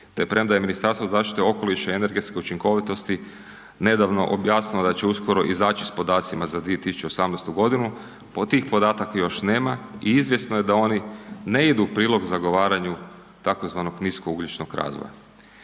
Te premda je Ministarstvo zaštite okoliša i energetske učinkovitosti nedavno objasnilo da će uskoro izaći s podacima za 2018. godinu tih podataka još nema i izvjesno je da oni ne idu u prilog zagovaranju tzv. nisko ugljičnog razvoja.